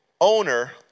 owner